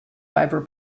fibre